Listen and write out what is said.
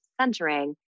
centering